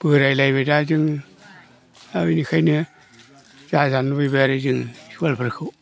बोराइलायबाय दा जोङो दा बिनिखायनो जाजानो लुगैबाय आरो जोङो स्कुलफोरखौ